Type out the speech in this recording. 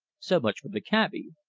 so much for the cabby.